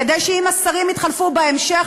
כדי שאם השרים יתחלפו בהמשך,